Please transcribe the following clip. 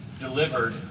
delivered